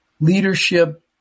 leadership